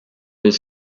his